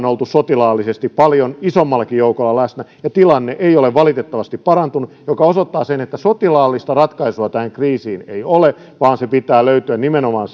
oltu sotilaallisesti paljon isommallakin joukolla läsnä ja tilanne ei ole valitettavasti parantunut mikä osoittaa sen että sotilaallista ratkaisua tähän kriisin ei ole vaan sen pitää löytyä nimenomaan